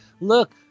look